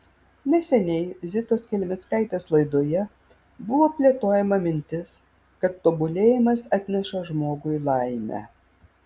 neseniai zitos kelmickaitės laidoje buvo plėtojama mintis kad tobulėjimas atneša žmogui laimę